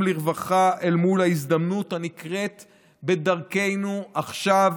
לרווחה אל מול ההזדמנות הנקרית בדרכנו עכשיו,